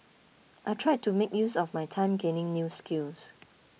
I tried to make use of my time gaining new skills